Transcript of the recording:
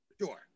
Sure